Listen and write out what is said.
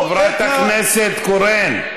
חברת הכנסת קורן,